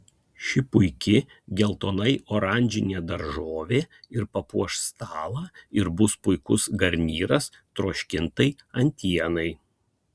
ši puiki geltonai oranžinė daržovė ir papuoš stalą ir bus puikus garnyras troškintai antienai